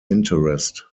interest